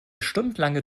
stundenlange